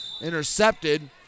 intercepted